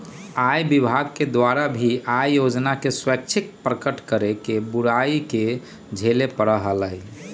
आय विभाग के द्वारा भी आय योजना के स्वैच्छिक प्रकट करे के बुराई के झेले पड़ा हलय